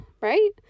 right